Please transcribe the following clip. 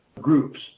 groups